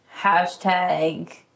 Hashtag